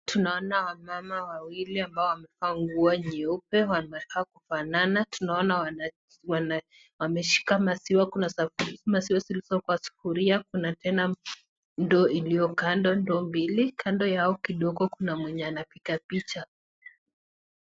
Tunaona wamama wawili ambao wamevaa nguo nyeupe . Wanakaa kufanana . Tunaona wameshika maziwa . Kuna maziwa zilizo kwa sufuria kuna tena ndoo iliyo kando ndoo mbili . Kando yao kidogo kuna mwenye anapiga picha .